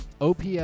OPS